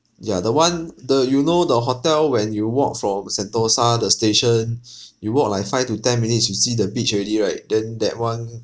ya the one the you know the hotel when you walk from sentosa the station you walk like five to ten minutes you see the beach already right then that one